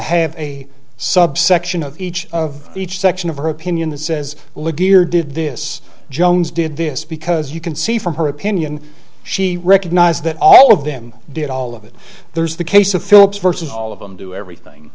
have a subsection of each of each section of her opinion that says well the gear did this jones did this because you can see from her opinion she recognized that all of them did all of it there's the case of philips versus all of them do everything